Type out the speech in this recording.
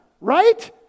right